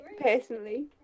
personally